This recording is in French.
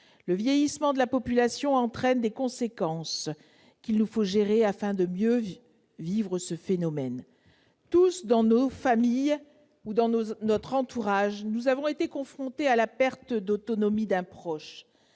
Le vieillissement de la population entraîne des conséquences qu'il nous faut gérer afin de mieux vivre ce phénomène. Tous, dans notre famille ou dans notre entourage, nous avons été confrontés à la perte d'autonomie d'un proche.